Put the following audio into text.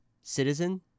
citizen